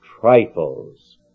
trifles